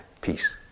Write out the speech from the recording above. peace